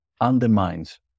undermines